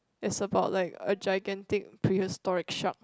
it's about like a gigantic prehistoric shark